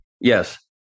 yes